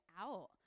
out